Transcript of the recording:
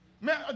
man